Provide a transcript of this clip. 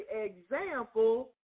example